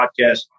Podcast